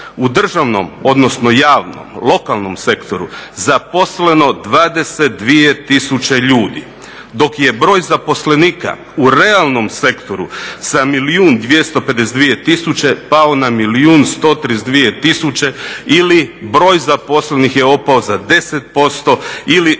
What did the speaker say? u državnom, odnosno javnom, lokalnom sektoru zaposleno 22 tisuće ljudi dok je broj zaposlenika u realnom sektoru sa milijun 252 tisuće pao na milijun 132 tisuće ili broj zaposlenih je opao za 10% ili